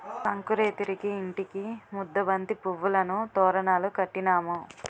సంకురేతిరికి ఇంటికి ముద్దబంతి పువ్వులను తోరణాలు కట్టినాము